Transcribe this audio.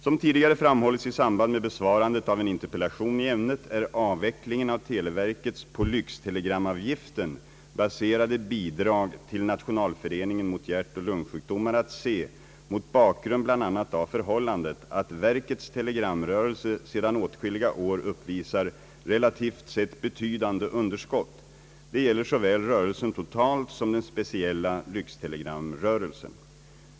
Som tidigare framhållits i samband med besvarandet av en interpellation i ämnet är avvecklingen av televerkets på lyxtelegramavgiften baserade bidrag till Nationalföreningen mot hjärtoch lungsjukdomar att se mot bakgrund bl.a. av förhållandet, att verkets telegramrörelse sedan åtskilliga år uppvisar ett relativt sett betydande underskott. Det gäller såväl rörelsen totalt som den speciella lyxtelegramrörelsen.